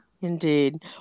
Indeed